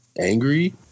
angry